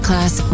Class